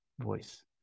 voice